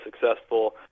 successful –